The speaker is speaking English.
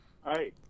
Hi